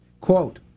Quote